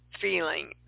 feeling